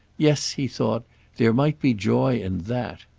yes, he thought there might be joy in that.